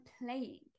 playing